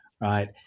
right